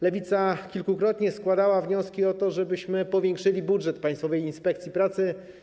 Lewica kilkukrotnie składała wnioski o to, żebyśmy powiększyli budżet Państwowej Inspekcji Pracy.